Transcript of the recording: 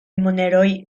moneroj